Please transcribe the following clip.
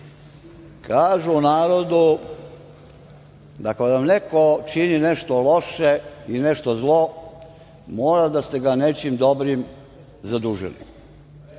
Kažu u narodu da kada vam neko čini nešto loše i nešto zlo mora da ste ga nečim dobrim zadužili. Gospodin